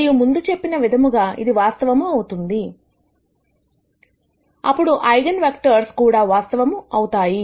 మరియు ముందు చెప్పిన విధముగా ఇది వాస్తవము అవుతుంది అప్పుడు ఐగన్ వెక్టర్స్ కూడా వాస్తవము అవుతుంది